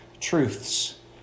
truths